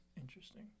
interesting